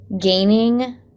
gaining